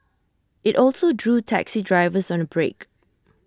IT also drew taxi drivers on A break